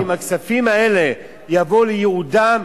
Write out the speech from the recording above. אם הכספים האלה יבואו לייעודם,